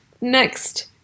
next